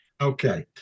Okay